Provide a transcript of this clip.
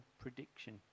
prediction